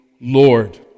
Lord